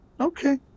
Okay